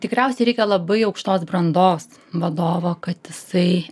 tikriausiai reikia labai aukštos brandos vadovo kad jisai